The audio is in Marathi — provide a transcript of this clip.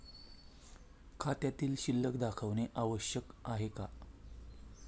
खात्यातील शिल्लक दाखवणे आवश्यक आहे का?